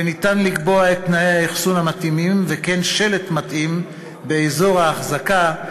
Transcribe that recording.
וניתן לקבוע את תנאי האחסון המתאימים וכן שלט מתאים באזור ההחזקה,